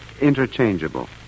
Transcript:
interchangeable